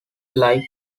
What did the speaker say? like